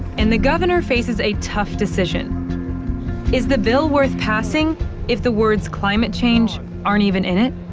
and the governor faces a tough decision is the bill worth passing if the words climate change aren't even in it?